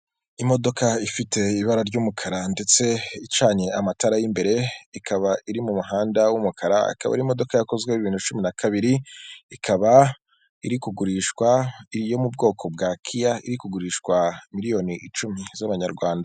Imodoka ifite ibara ry'umukara ndetse icanye amatara y'imbere ikaba iri mu muhanda w'umukaraba. Ikaba ari imodoka yakozwe bibiri na cumi na kabiri, ikaba iri kugurishwa yo mu bwoko bwa KIA iri kugurishwa miliyoni icumi z'amanyarwanda.